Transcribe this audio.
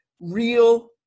real